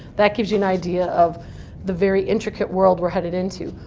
that gives you an idea of the very intricate world we're headed into.